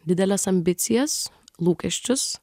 dideles ambicijas lūkesčius